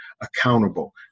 accountable